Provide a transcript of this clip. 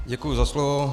Děkuji za slovo.